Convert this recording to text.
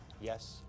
yes